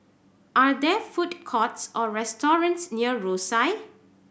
are there food courts or restaurants near Rosyth